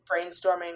brainstorming